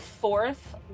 fourth